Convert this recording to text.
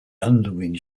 underwing